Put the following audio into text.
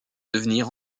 devenir